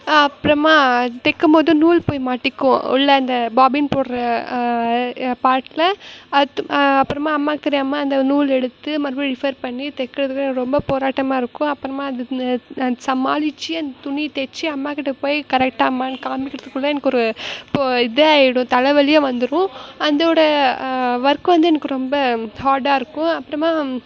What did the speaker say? அப்புறமா தைக்கும் போது நூல் போய் மாட்டிக்கும் உள்ள அந்த பாபின் போடுகிற பார்ட்டில் அது அப்புறமா அம்மாக்கு தெரியாம அந்த நூல் எடுத்து மறுபடியும் ரிஃபர் பண்ணி தைக்கிறதுக்குள்ள எனக்கு ரொம்ப போராட்டமா இருக்கும் அப்புறமா அது சமாளித்து அந்த துணி தைச்சி அம்மாக்கிட்ட போய் கரெக்டாம்மான்னு காமிக்கிறதுக்குள்ள எனக்கு ஒரு போ இதாயிடும் தலைவலியே வந்துரும் அதோடு ஒர்க் வந்து எனக்கு ரொம்ப ஹாடாக இருக்கும் அப்புறமா